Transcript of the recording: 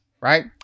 right